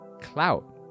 Clout